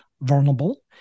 vulnerable